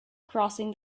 crossing